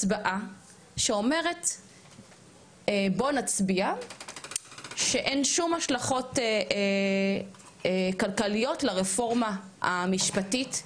הצבעה שאומרת בוא נצביע שאין שום השלכות כלכליות לרפורמה המשפטית,